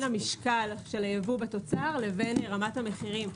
המשקל של הייבוא בתוצר לבין רמת המחירים.